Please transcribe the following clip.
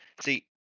see